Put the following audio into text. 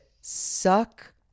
suck